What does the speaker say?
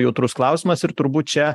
jautrus klausimas ir turbūt čia